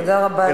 תודה רבה לך.